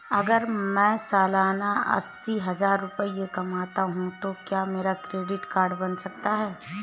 अगर मैं सालाना अस्सी हज़ार रुपये कमाता हूं तो क्या मेरा क्रेडिट कार्ड बन सकता है?